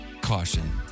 caution